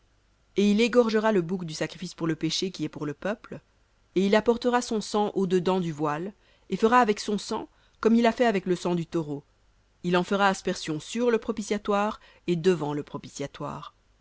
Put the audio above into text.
et il égorgera le bouc du sacrifice pour le péché qui est pour le peuple et il apportera son sang au dedans du voile et fera avec son sang comme il a fait avec le sang du taureau il en fera aspersion sur le propitiatoire et devant le